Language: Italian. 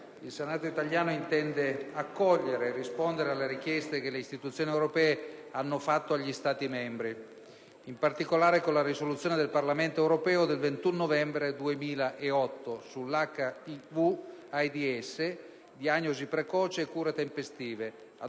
il Senato italiano intende rispondere alle richieste che le istituzioni europee hanno fatto agli Stati membri (in particolare con la risoluzione del Parlamento europeo del 21 novembre 2008 sull'HIV/AIDS: diagnosi precoce e cure tempestive,